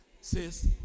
Sis